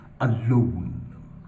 alone